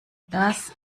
das